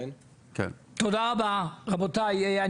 תודה רבה, רבותיי.